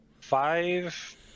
five